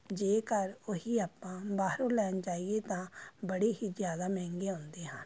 ਜੇਕਰ ਉਹ ਹੀ ਆਪਾਂ ਬਾਹਰੋਂ ਲੈਣ ਜਾਈਏ ਤਾਂ ਬੜੇ ਹੀ ਜ਼ਿਆਦਾ ਮਹਿੰਗੀ ਆਉਂਦੀਆਂ ਹਨ